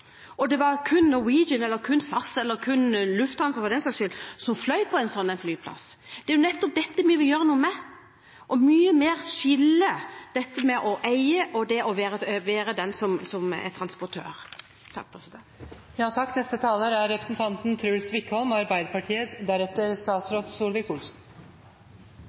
at det var kun Norwegian eller kun SAS eller kun Lufthansa, for den saks skyld, som fløy på en sånn flyplass. Det er nettopp dette vi vil gjøre noe med, å skille mye mer mellom det å eie og det å være transportør. Det var altså ikke bare representanten Sverre Myrli som